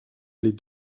les